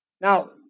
Now